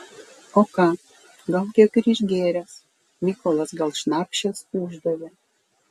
o ką gal kiek ir išgėręs mykolas gal šnapšės uždavė